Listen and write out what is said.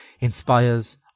inspires